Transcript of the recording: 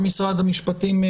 משרד המשפטים,